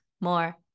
more